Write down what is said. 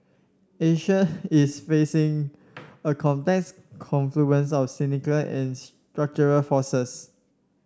Asia is facing a complex confluence of cyclical and structural forces